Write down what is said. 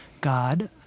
God